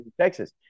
Texas